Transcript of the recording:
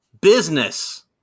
business